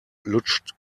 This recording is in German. lutscht